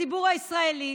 לציבור הישראלי,